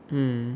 mm